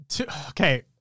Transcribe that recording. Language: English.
Okay